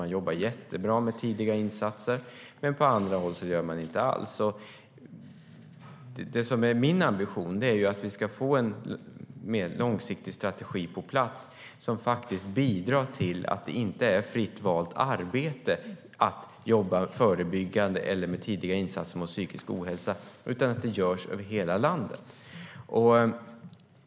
Man jobbar jättebra med tidiga insatser. Men på andra håll gör man det inte alls. Min ambition är att vi ska få en mer långsiktig strategi på plats som bidrar till att det inte ska vara fritt valt arbete att jobba förebyggande och med tidiga insatser mot psykisk ohälsa utan att det ska göras över hela landet.